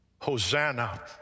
Hosanna